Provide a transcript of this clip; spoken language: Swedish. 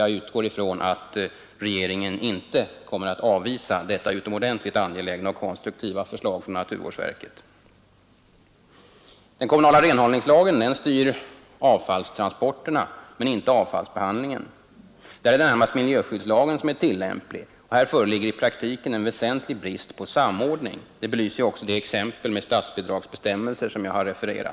Jag utgår ifrån att regeringen inte kommer att avvisa detta utomordentligt angelägna och konstruktiva förslag från naturvårdsverket. Den kommunala renhållningslagen styr avfallstransporterna men inte avfallsbehandlingen. Här är det närmast miljöskyddslagen som är tillämplig, och här föreligger i praktiken en väsentlig brist på samordning. Det belyser också det exempel på statsbidragsbestämmelser som jag här refererat.